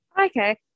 Okay